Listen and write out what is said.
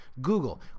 Google